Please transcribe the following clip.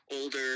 older